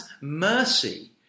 mercy